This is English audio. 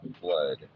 blood